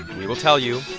we will tell you.